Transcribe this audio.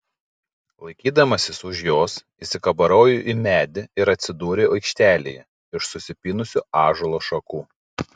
laikydamasis už jos įsikabarojau į medį ir atsidūriau aikštelėje iš susipynusių ąžuolo šakų